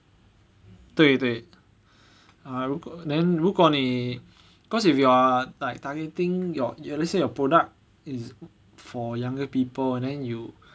对对 ah 如果 then 如果你 cause if you are like targeting your your let's say your product is for younger people then you